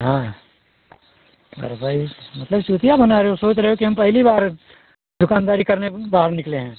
हाँ और भाई मतलब चूतिया बना रहे हो सोच रहे हो कि हम पहली बार दुकानदारी करने बाहर निकले हैं